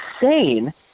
insane